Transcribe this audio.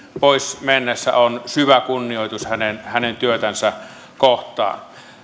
poismennessä on syvä kunnioitus hänen hänen työtänsä kohtaan